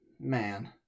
man